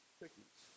cookies